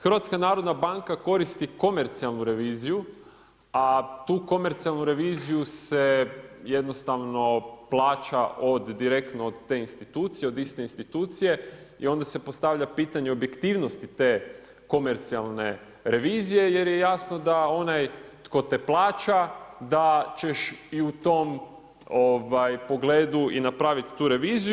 HNB koristi komercijalnu reviziju, a tu komercijalnu reviziju se jednostavno plaća od direktno od te institucije, od iste institucije i onda se postavlja pitanje objektivnosti te komercijalne revizije, jer je jasno da onaj tko te plaća da ćeš u tom pogledu i napraviti tu reviziju.